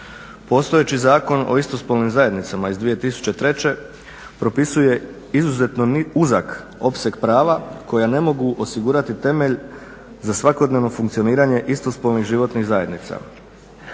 Postojeći Zakon o istospolnim zajednicama iz 2003. propisuje izuzetno uzak opseg prava koja ne mogu osigurati temelj za svakodnevno funkcioniranje istospolnih životnih zajednica.